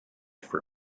for